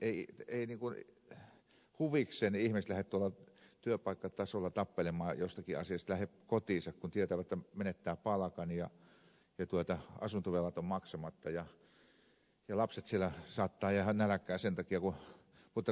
eivät ne ihmiset huvikseen lähde tuolla työpaikkatasolla tappelemaan jostakin asiasta lähde kotiinsa kun tietävät että menettävät palkan ja asuntovelat ovat maksamatta ja lapset saattavat nähdä nälkää sen takia